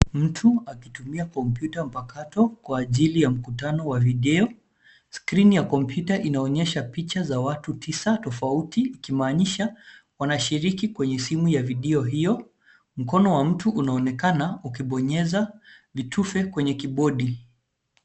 Mtu akitumia komputa mpakato kwa ajili ya mkutano wa video, skrini ya komputa inaonyesha picha za watu tisa tofauti ikimaanisha, wanashiriki kwenye simu ya video hiyo ,mkono wa mtu unaonekana ukibonyeza vitufe kwenye kibodi.